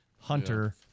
hunter